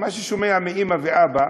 מה שהוא שומע מאימא ואבא,